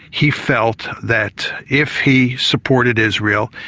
he felt that if he supported israel,